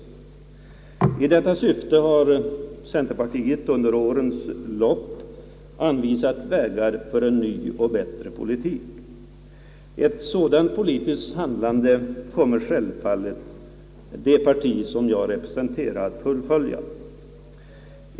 I detta syfte har centerpartiet under årens lopp anvisat vägar för en ny och bättre politik. Ett sådant politiskt handlande kommer självfallet det parti som jag representerar att fullfölja.